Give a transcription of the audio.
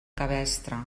cabestre